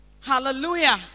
Hallelujah